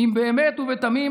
"ואם באמת ובתמים",